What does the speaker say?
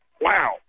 Wow